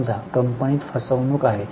समजा कंपनीत फसवणूक आहे